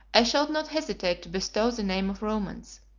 i shall not hesitate to bestow the name of romans.